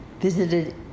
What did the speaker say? visited